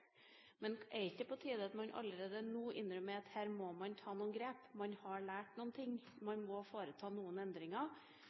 men er det ikke på tide at man allerede nå innrømmer at her må man ta noen grep? Man har lært noen ting,